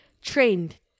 trained